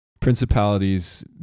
principalities